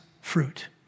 fruit